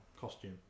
costume